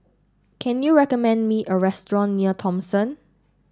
can you recommend me a restaurant near Thomson